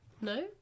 No